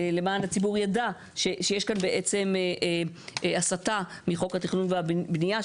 למען הציבור ידע שיש כאן בעצם הסטה מחוק התכנון והבנייה,